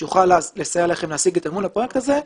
מה שיוכל לסייע לכם להשיג את מימון הפרויקט הזה.